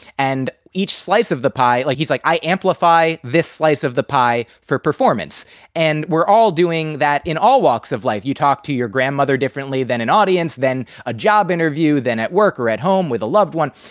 and each slice of the pie, like he's like, i amplify this slice of the pie for performance and we're all doing that in all walks of life. you talk to your grandmother differently than an audience, than a job interview, than at work or at home with a loved one.